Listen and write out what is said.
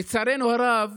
לצערנו הרב,